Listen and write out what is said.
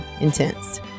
intense